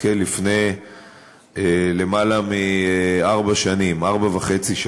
לפני למעלה מארבע שנים, ארבע שנים וחצי,